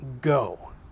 Go